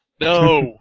No